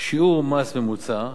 שיעור מס ממוצע,